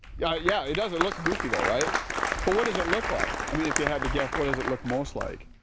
yeah yeah it does it looks goofy though. but what does it look like, i mean if you had to guess what does it look most like.